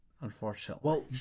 unfortunately